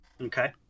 Okay